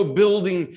building